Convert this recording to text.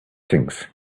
things